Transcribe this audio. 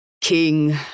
king